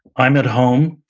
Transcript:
i'm at home,